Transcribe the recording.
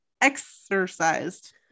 exercised